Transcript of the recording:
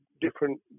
different